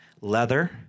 leather